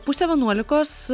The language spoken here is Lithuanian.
pusę vienuolikos